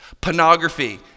pornography